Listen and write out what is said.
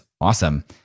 awesome